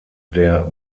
der